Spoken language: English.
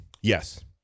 Yes